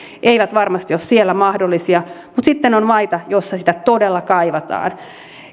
eivät varmasti ole mahdollisia mutta sitten on maita joissa niitä todella kaivataan